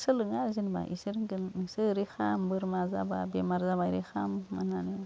सोलोङो आरो जेनेबा इसोर होनगोन नोंसोर ओरै खाम बोरमा जाबा बेमार जाबा ओरै खाम होननानै